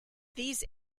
these